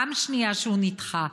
פעם שנייה שהוא נדחה.